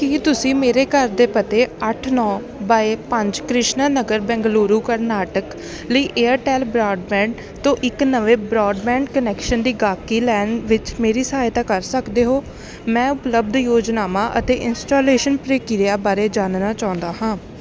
ਕੀ ਤੁਸੀਂ ਮੇਰੇ ਘਰ ਦੇ ਪਤੇ ਅੱਠ ਨੌਂ ਬਾਏ ਪੰਜ ਕ੍ਰਿਸ਼ਨਾ ਨਗਰ ਬੰਗਲੁਰੂ ਕਰਨਾਟਕ ਲਈ ਏਅਰਟੈੱਲ ਬਰਾਡਬੈਂਡ ਤੋਂ ਇੱਕ ਨਵੇਂ ਬ੍ਰਾਡਬੈਂਡ ਕੁਨੈਕਸ਼ਨ ਦੀ ਗਾਹਕੀ ਲੈਣ ਵਿੱਚ ਮੇਰੀ ਸਹਾਇਤਾ ਕਰ ਸਕਦੇ ਹੋ ਮੈਂ ਉਪਲੱਬਧ ਯੋਜਨਾਵਾਂ ਅਤੇ ਇੰਸਟਾਲੇਸ਼ਨ ਪ੍ਰਕਿਰਿਆ ਬਾਰੇ ਜਾਣਨਾ ਚਾਹੁੰਦਾ ਹਾਂ